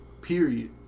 Period